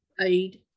aid